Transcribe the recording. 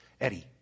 Eddie